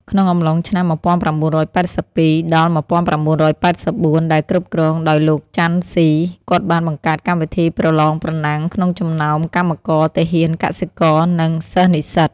ក្នុងអំឡុងឆ្នាំ (១៩៨២-១៩៨៤) ដែលគ្រប់គ្រងដោយលោកចាន់ស៊ី គាត់បានបង្កើតកម្មវិធីប្រលងប្រណាំងក្នុងចំនោមកម្មករ ទាហាន កសិករ និងសិស្សនិស្សិត។